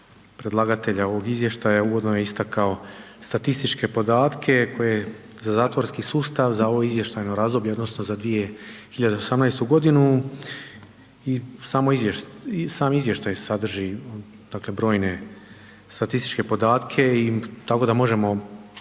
predlagatelja ovog izvještaja uvodno je istakao statističke podatke koje za zatvorski sustav za ovo izvještajno razdoblje odnosno za 2018. godinu i samo, sam izvještaj sadrži dakle brojne statističke podatke i tako da možemo